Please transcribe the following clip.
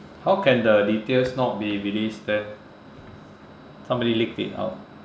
how can the details not be released then somebody leaked it out